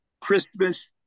christmas